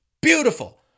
Beautiful